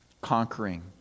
conquering